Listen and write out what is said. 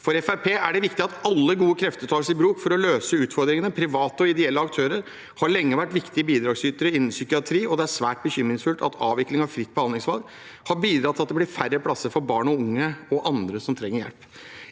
er det viktig at alle gode krefter tas i bruk for å løse utfordringene. Private og ideelle aktører har lenge vært viktige bidragsytere innenfor psykiatri, og det er svært bekymringsfullt at avviklingen av fritt behandlingsvalg har bidratt til at det er færre plasser for barn og unge og andre som trenger hjelp.